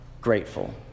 grateful